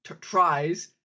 tries